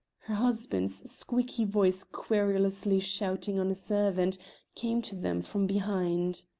her husband's squeaky voice querulously shouting on a servant came to them from behind.